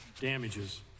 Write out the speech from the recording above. damages